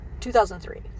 2003